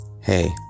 Hey